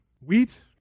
wheat